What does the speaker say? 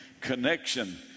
Connection